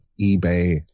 ebay